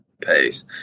pace